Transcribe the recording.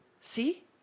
See